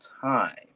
time